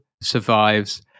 survives